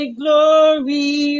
glory